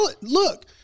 look